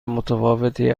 متفاوتی